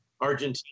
Argentina